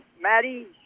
Maddie